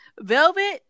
Velvet